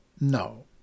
No